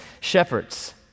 shepherds